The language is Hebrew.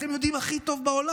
אתם יודעים הכי טוב בעולם.